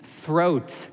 throat